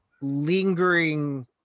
lingering